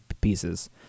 pieces